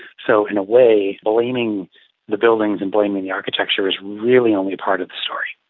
so, in a way, blaming the buildings and blaming the architecture is really only part of the story.